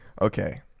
Okay